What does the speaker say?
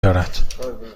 دارد